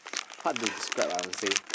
hard to describe I would say